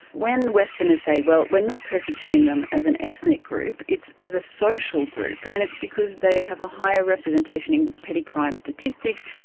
when westerners say well we're not persecuting them as an ethnic group, it's as a social group, and it's because they have a higher representation in petty crime statistics,